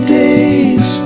days